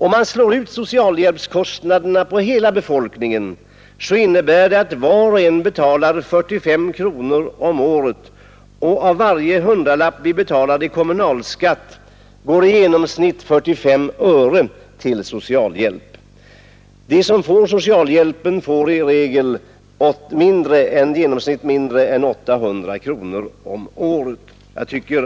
Om man slår ut socialvårdskostnaderna på hela befolkningen, innebär det att var och en betalar 45 kronor om året och att av varje hundralapp som vi betalar i kommunalskatt i genomsnitt 45 öre går till socialhjälp. De som får socialhjälpen får i genomsnitt mindre än 800 kronor om året. Jag tycker